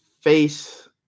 face